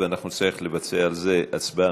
ואנחנו נצטרך לבצע על זה הצבעה.